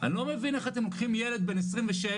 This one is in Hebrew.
אני לא מבין איך אתם לוקחים ילד בן 26,